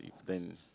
if then